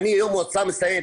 אני יו"ר מועצה מצטיין.